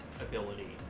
ability